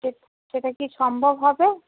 সে সেটা কি সম্ভব হবে